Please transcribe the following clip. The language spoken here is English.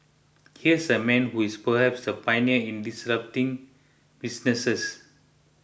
here's a man who is perhaps the pioneer in disrupting businesses